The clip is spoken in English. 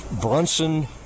Brunson